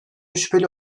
şüpheli